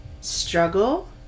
struggle